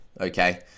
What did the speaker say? okay